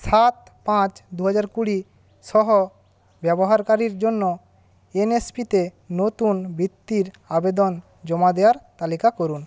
সাত পাঁচ দু হাজার কুড়ি সহ ব্যবহারকারীর জন্য এনএসপিতে নতুন বৃত্তির আবেদন জমা দেওয়ার তালিকা করুন